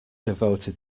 devoted